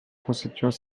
constituants